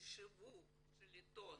ושיווק העיתון